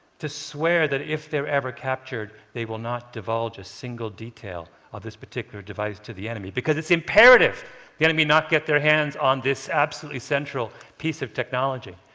to swear that if they're ever captured, they will not divulge a single detail of this particular device to the enemy, because it's imperative the enemy not get their hands on this absolutely essential piece of technology.